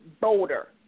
bolder